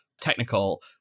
technical